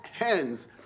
hands